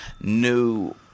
New